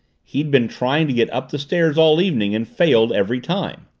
he'd been trying to get up the stairs all evening and failed every time.